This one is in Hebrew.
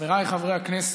חבריי חברי הכנסת,